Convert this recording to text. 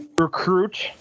recruit